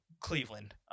Cleveland